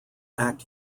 act